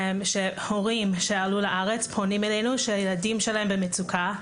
הורים שעלו לארץ פונים אלינו שהילדים שלהם במצוקה.